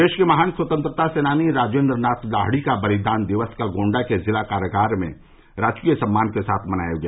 देश के महान स्वतंत्रता सेनानी राजेंद्र नाथ लाहिड़ी का बलिदान दिवस कल गोंडा के जिला कारागार में राजकीय सम्मान के साथ मनाया गया